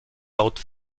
laut